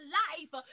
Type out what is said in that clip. life